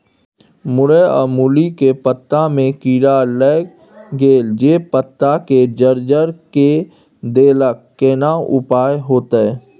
मूरई आ मूली के पत्ता में कीरा लाईग गेल जे पत्ता के जर्जर के देलक केना उपाय होतय?